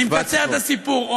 אני מקצר את הסיפור.